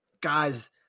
guy's